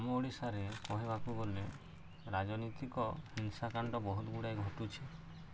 ଆମ ଓଡ଼ିଶାରେ କହିବାକୁ ଗଲେ ରାଜନୈତିକ ହିଂସାକାଣ୍ଡ ବହୁତଗୁଡ଼ାଏ ଘଟୁଛି